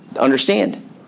Understand